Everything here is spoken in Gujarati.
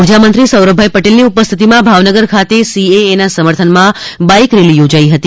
ઉર્જામંત્રી સૌરભભાઈ પટેલની ઉપસ્થિતિમાં ભાવનગર ખાતે સીએએના સમર્થનમાં બાઇક રેલી યોજાઈ હતી